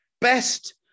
Best